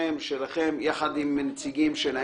שלכם יחד עם נציגים שלהם,